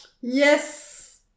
Yes